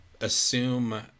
assume